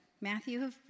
Matthew